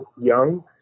young